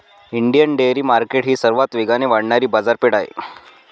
Indian dairy market ही सर्वात वेगाने वाढणारी बाजारपेठ आहे